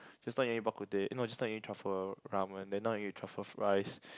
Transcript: just now you ate Bak-Kut-Teh eh no just now you eat truffle ramen then now you eat truffle fries